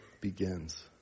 begins